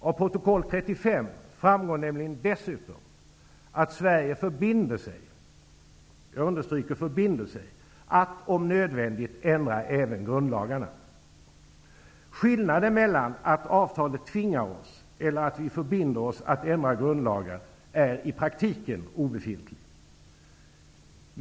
Av protokoll 35 framgår nämligen dessutom att Sverige förbinder sig -- jag understryker förbinder sig -- att om nödvändigt ändra även grundlagarna. Skillnaden mellan att avtalet tvingar oss eller att vi förbinder oss att ändra grundlagarna är i praktiken obefintlig.